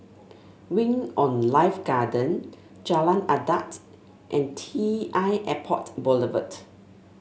Wing On Life Garden Jalan Adat and T l Airport Boulevard